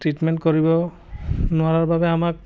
treatment কৰিব নোৱাৰাৰ বাবে আমাক